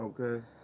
Okay